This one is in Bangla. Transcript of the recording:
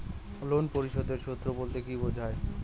লোন পরিশোধের সূএ বলতে কি বোঝায়?